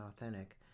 authentic